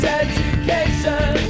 education